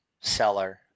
seller